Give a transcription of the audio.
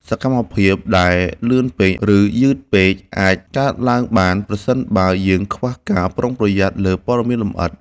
សកម្មភាពដែលលឿនពេក ឬ យឺតពេកអាចកើតឡើងបានប្រសិនបើយើងខ្វះការប្រុងប្រយ័ត្នលើព័ត៌មានលម្អិត។